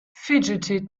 fidgeted